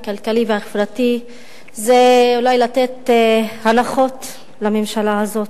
הכלכלי והחברתי זה אולי לתת הנחות לממשלה הזאת.